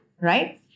Right